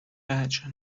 وجه